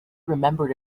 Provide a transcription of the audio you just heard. remembered